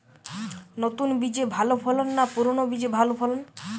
নতুন বীজে ভালো ফলন না পুরানো বীজে ভালো ফলন?